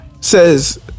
says